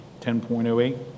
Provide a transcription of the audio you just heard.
10.08